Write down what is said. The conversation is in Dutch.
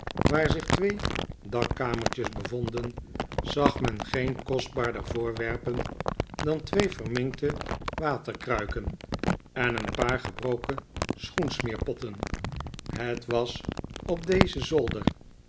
waar zich twee dakkamertjes bevonden zag men geen kostbaarder voorwerpen dan twee verminkte waterkruiken en een paar gebroken schoensmeerpotten het was op dezen zolder